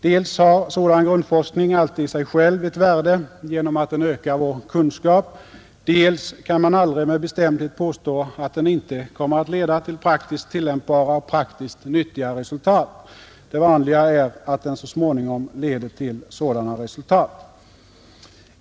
Dels har sådan grundforskning alltid i sig själv ett värde genom att den ökar vår kunskap, dels kan man aldrig med bestämdhet påstå att den inte kommer att leda till praktiskt tillämpbara och praktiskt nyttiga resultat. Det vanliga är att den så småningom leder till sådana resultat.